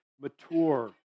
mature